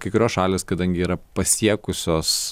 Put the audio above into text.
kai kurios šalys kadangi yra pasiekusios